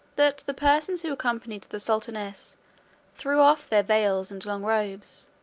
that the persons who accompanied the sultaness threw off their veils and long robes,